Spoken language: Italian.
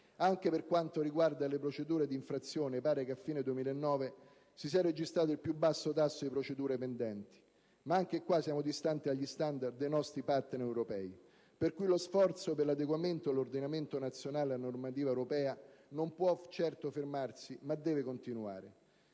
Anche per quanto riguarda le procedure di infrazione, pare che a fine 2009 si sia registrato il più basso tasso di procedure pendenti; ma anche a tal riguardo siamo distanti dagli *standard* dei nostri *partner* europei. Pertanto, lo sforzo per l'adeguamento dell'ordinamento nazionale alla normativa europea non può certo fermarsi, ma deve continuare.